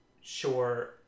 sure